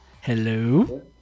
Hello